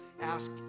ask